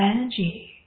energy